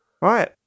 Right